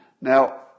Now